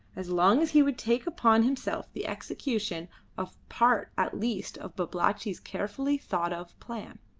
as long as he would take upon himself the execution of part at least of babalatchi's carefully thought-of plan.